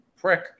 prick